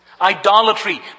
idolatry